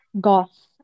goth